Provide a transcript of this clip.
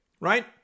right